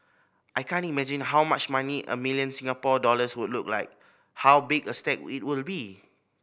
I can't imagine how much money a million Singapore dollars who look like how big a stack it will be